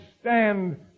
stand